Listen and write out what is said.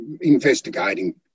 investigating